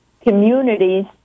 communities